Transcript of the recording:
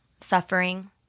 Suffering